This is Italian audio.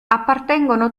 appartengono